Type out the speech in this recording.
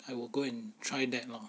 I will go and try that lor